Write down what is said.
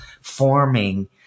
forming